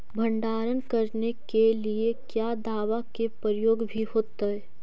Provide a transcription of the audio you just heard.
भंडारन करने के लिय क्या दाबा के प्रयोग भी होयतय?